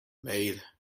maid